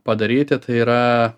padaryti tai yra